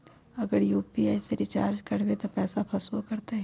अगर हम यू.पी.आई से रिचार्ज करबै त पैसा फसबो करतई?